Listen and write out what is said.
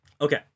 Okay